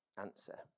answer